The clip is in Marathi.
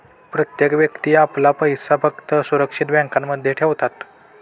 प्रत्येक व्यक्ती आपला पैसा फक्त सुरक्षित बँकांमध्ये ठेवतात